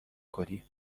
کنی